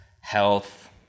health